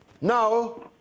now